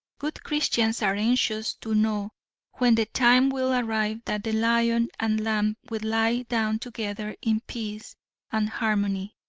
good christians are anxious to know when the time will arrive that the lion and lamb will lie down together in peace and harmony.